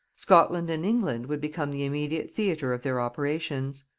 scotland and england would become the immediate theatre of their operations.